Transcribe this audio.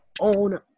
own